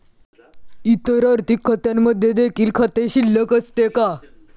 इतर आर्थिक खात्यांमध्ये देखील खाते शिल्लक असते का?